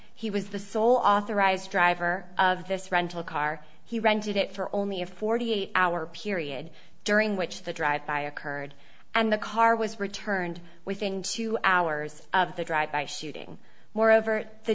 he was the sole authorized driver of this rental car he rented it for only a forty eight hour period during which the drive by occurred and the car was returned within two hours of the drive by shooting moreover the